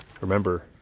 remember